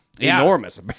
Enormous